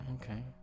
Okay